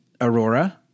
Aurora